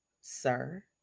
sir